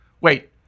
Wait